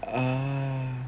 uh